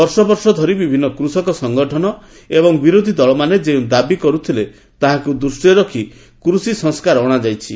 ବର୍ଷ ବର୍ଷ ଧରି ବିଭିନ୍ନ କୃଷକ ସଂଗଠନ ଏବଂ ବିରୋଧୀ ଦଳମାନେ ଯେଉଁ ଦାବି କରୁଥିଲେ ତାହାକୁ ଦୂଷ୍ଟିରେ ରଖି କୃଷି ସଂସ୍କାର ଅଶାଯାଇଛି